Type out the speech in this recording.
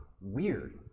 weird